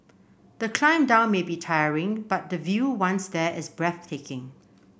the climb down may be tiring but the view once there is breathtaking